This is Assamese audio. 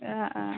অঁ অঁঁ